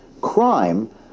crime